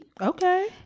Okay